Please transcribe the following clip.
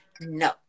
No